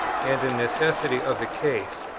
and a necessity of the case,